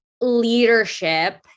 leadership